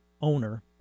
owner